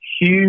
huge